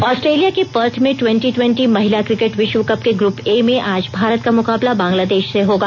Australia के Perth में twenty twenty महिला क्रिकेट विश्व कप के ग्रूप ए में आज भारत का मुकाबला बंगलादेश से होगा